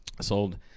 sold